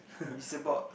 is about